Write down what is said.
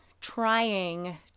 trying